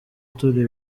turi